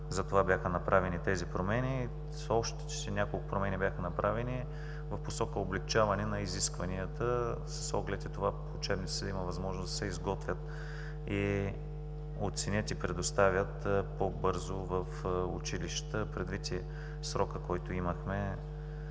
затова бяха направени тези промени. Още няколко промени бяха направени в посока облекчаване на изискванията, с оглед и на това учебниците да има възможност да се изготвят, оценят и предоставят по-бързо в училища, предвид и срокът, който имахме,